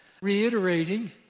reiterating